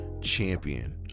champion